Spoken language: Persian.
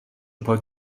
پاک